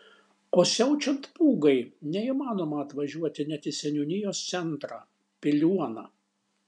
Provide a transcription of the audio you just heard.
o siaučiant pūgai neįmanoma atvažiuoti net į seniūnijos centrą piliuoną